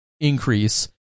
increase